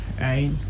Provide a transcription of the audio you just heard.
right